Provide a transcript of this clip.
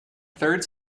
third